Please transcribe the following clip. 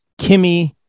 Kimmy